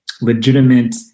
legitimate